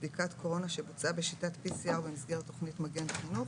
בבדיקת קורונה שבוצעה בשיטת PCR במסגרת תכנית מגן חינוך,